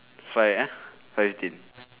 five ah five fifteen